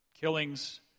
killings